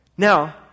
Now